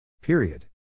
Period